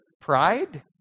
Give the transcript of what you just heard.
pride